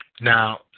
Now